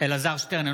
אלעזר שטרן,